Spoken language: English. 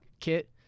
kit